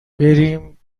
بریم